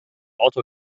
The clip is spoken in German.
auto